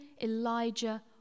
Elijah